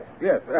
yes